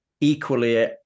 equally